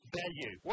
value